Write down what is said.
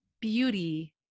beauty